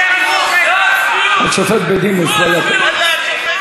על השופט בדימוס, השופט בדימוס.